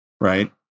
right